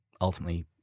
ultimately